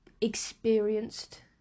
experienced